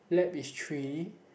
lab is three